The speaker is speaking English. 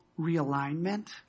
realignment